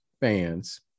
fans